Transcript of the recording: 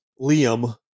liam